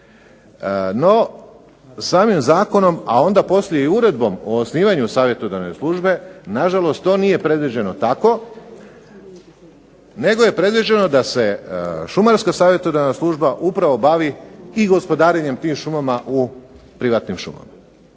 No samim zakonom, a onda poslije i uredbom o osnivanju savjetodavne službe, na žalost to nije predviđeno tako, nego je predviđeno da se šumarska savjetodavna služba upravo bavi i gospodarenjem tim šumama u privatnim šumama.